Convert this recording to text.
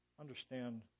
understand